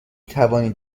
توانید